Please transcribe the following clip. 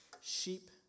Sheep